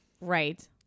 Right